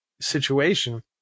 situation